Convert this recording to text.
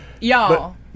Y'all